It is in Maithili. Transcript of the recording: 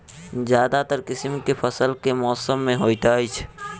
ज्यादातर किसिम केँ फसल केँ मौसम मे होइत अछि?